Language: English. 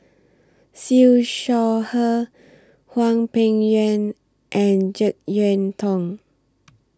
Siew Shaw Her Hwang Peng Yuan and Jek Yeun Thong